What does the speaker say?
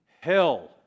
hell